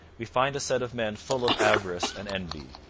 we find a set of men full of avarice and envy,